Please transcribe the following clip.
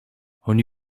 oni